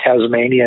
Tasmania